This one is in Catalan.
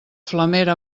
flamera